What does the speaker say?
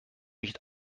nicht